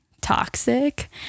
toxic